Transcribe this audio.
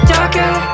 Darker